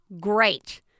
great